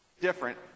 different